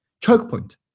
Chokepoint